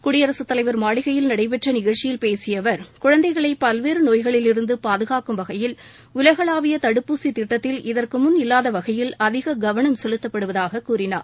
குடியரசுத் தலைவர் மாளிகையில் நடைபெற்ற நிகழ்ச்சியில் பேசிய அவர் குழந்தைகளை பல்வேறு நோய்களிலிருந்து பாதுகாக்கும் வகையில் உலகளாவிய தடுப்பூசித் திட்டத்தில் இதற்கு முன் இல்வாத வகையில் அதிக கவனம் செலுத்தப்படுவதாகக் கூறினார்